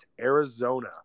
Arizona